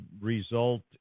result